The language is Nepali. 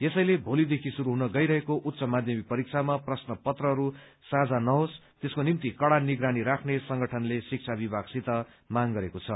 यसैले भोलीदेखि शुरू हुन गइरहेको उच्च माध्यमिक परीक्षामा प्रश्न पत्रहरू साझा नहोस त्यसको निम्ति कड़ा निगरानी राख्ने संगठनले शिक्षा विभागसित माग गरेको छ